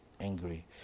angry